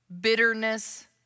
bitterness